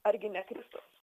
argi ne kristaus